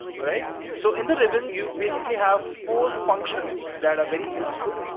alright? so, in the ribbon you basically have four functions that are very useful.